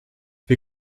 wir